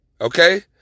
Okay